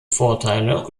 vorteile